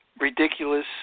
Ridiculous